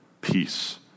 peace